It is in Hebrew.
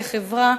כחברה,